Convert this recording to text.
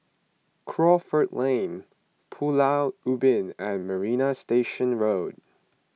Crawford Lane Pulau Ubin and Marina Station Road